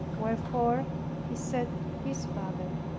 wherefore he said to his father,